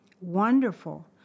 Wonderful